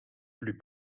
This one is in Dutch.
club